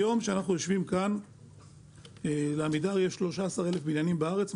היום כשאנחנו יושבים כאן לעמידר יש 13,000 בניינים בארץ,